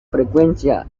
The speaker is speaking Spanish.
frecuencia